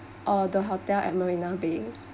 or the hotel at marina bay